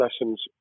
lessons